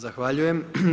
Zahvaljujem.